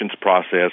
process